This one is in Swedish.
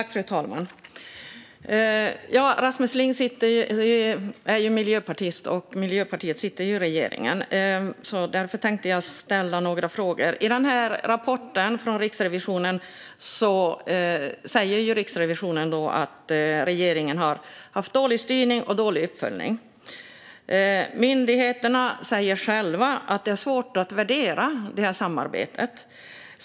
Fru talman! Rasmus Ling är miljöpartist, och Miljöpartiet sitter i regeringen. Därför tänkte jag ställa några frågor. I rapporten från Riksrevisionen säger Riksrevisionen att regeringen har haft dålig styrning och dålig uppföljning. Myndigheterna säger själva att det är svårt att värdera detta samarbete.